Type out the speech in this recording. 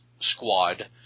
squad